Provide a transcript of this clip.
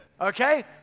Okay